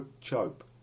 Chope